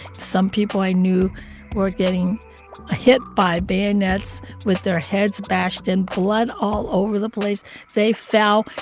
some people i knew were getting hit by bayonets with their heads bashed in, blood all over the place they fell,